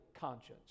conscience